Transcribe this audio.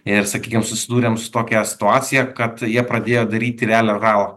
ir sakykim susidūrėm su tokia situacija kad jie pradėjo daryti realią žalą